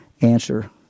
answer